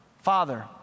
Father